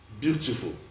Beautiful